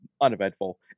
uneventful